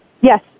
yes